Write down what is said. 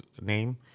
name